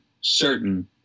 certain